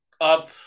up